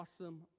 awesome